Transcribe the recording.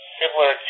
similar